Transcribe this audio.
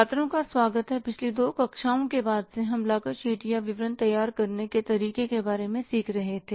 छात्रों का स्वागत है पिछली दो कक्षाओं के बाद से हम लागत शीट या विवरण तैयार करने के तरीके के बारे में सीख रहे थे